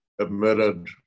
admitted